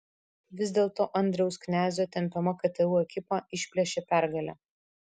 vis dėlto andriaus knezio tempiama ktu ekipa išplėšė pergalę